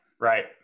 Right